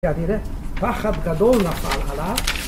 פחד גדול נפל עליו.